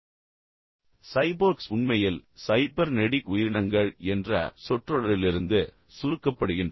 இப்போது சைபோர்க்ஸ் உண்மையில் சைபர்நெடிக் உயிரினங்கள் என்ற சொற்றொடரிலிருந்து சுருக்கப்படுகின்றன